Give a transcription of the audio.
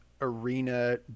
arena